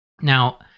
now